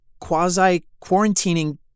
quasi-quarantining